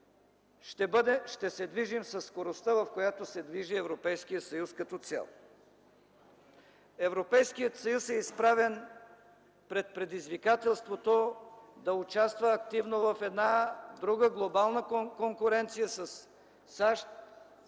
ще се движим със скоростта, в която се движи Европейският съюз като цяло. Европейският съюз е изправен пред предизвикателството да участва активно в една друга глобална конкуренция със САЩ,